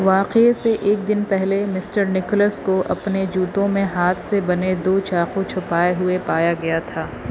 واقعے سے ایک دن پہلے مسٹر نکولس کو اپنے جوتوں میں ہاتھ سے بنے دو چاقو چھپائے ہوئے پایا گیا تھا